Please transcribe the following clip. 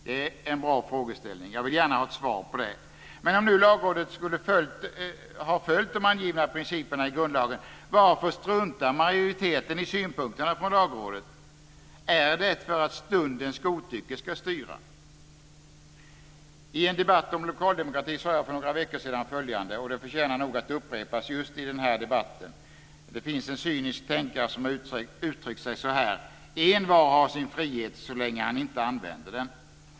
Detta är bra frågeställningar. Jag vill gärna ha svar på dem. Men om nu Lagrådet följt de angivna principerna i grundlagen, varför struntar majoriteten i synpunkterna från Lagrådet? Är det för att stundens godtycke ska styra? I en debatt om lokal demokrati sade jag för några veckor sedan något som nog förtjänar att upprepas i just den här debatten. Det finns en cynisk tänkare som uttryckt sig så här: Envar har sin frihet, så länge han inte använder den.